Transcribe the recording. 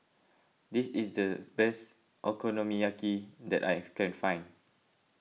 this is the best Okonomiyaki that I have can find